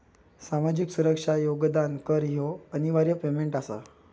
सामाजिक सुरक्षा योगदान कर ह्यो अनिवार्य पेमेंट आसा